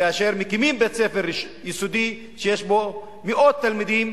כאשר מקימים בית-ספר יסודי, שיש בו מאות תלמידים,